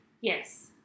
yes